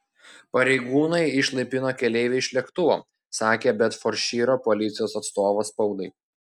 pareigūnai išlaipino keleivę iš lėktuvo sakė bedfordšyro policijos atstovas spaudai